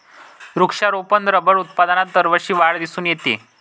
वृक्षारोपण रबर उत्पादनात दरवर्षी वाढ दिसून येते